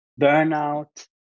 burnout